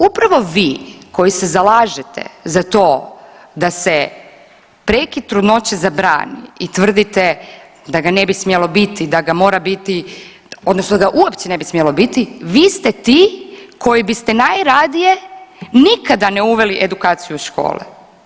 Upravo vi koji se zalažete za to da se prekid trudnoće zabrani i tvrdite da ga ne bi smjelo biti, da ga mora biti odnosno da uopće ne bi smjelo biti, vi ste ti koji biste najradije nikada ne uveli edukaciju u škole.